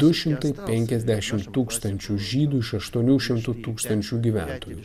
du šimtai penkiasdešimt tūkstančių žydų iš aštuonių šimtų tūkstančių gyventojų